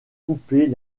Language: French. couper